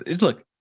Look